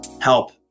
help